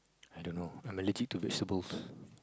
I don't know I'm allergic to vegetables